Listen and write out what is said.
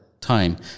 time